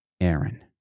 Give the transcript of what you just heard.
Aaron